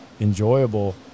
enjoyable